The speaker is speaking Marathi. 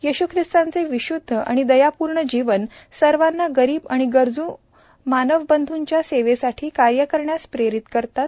येशू खिस्ताचे विश्द्व आणि दयापूर्ण जीवन सर्वांना गरीब व गरजू मानवबंधूंच्या सेवेसाठी कार्य करण्यास प्रेरित करो